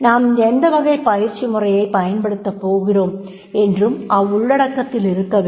நாம் எந்த வகை பயிற்சி முறையைப் பயன்படுத்தப் போகிறோம் என்றும் அவ்வுள்ளடக்கத்தில் இருக்கவேண்டும்